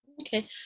Okay